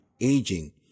aging